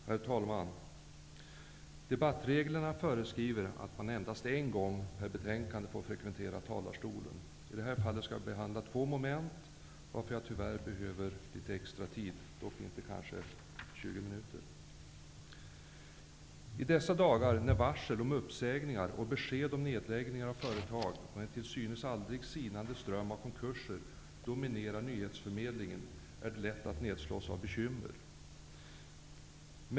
Herr talman! Debattreglerna föreskriver att man endast en gång per betänkande får frekventera talarstolen. I det här fallet skall jag behandla två moment, varför jag tyvärr behöver litet extra tid, dock kanske inte 20 minuter, som jag är uppsatt på i talarlistan. I dessa dagar, när varsel om uppsägningar, besked om nedläggningar av företag och en till synes aldrig sinande ström av konkurser dominerar nyhetsförmedlingen, är det lätt att nedslås av bekymmer.